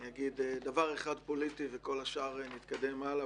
אני אגיד דבר אחד פוליטי ונתקדם הלאה.